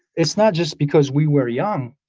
it's not just because we were young,